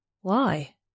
Why